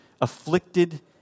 afflicted